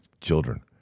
children